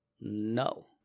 no